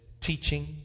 teaching